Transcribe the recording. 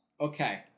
Okay